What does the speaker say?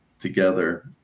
together